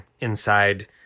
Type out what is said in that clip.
inside